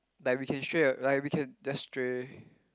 like we can str~ like we can just stray